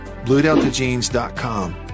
BlueDeltaJeans.com